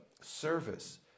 service